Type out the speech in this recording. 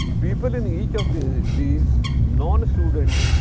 people in each of the these non student